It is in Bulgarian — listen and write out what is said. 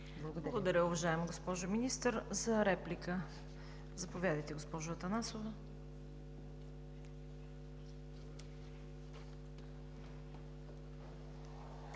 Благодаря, Уважаема госпожо Министър. За реплика – заповядайте, госпожо Атанасова.